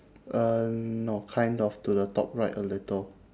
uh no kind of to the top right a little